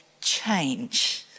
change